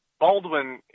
Baldwin